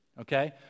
okay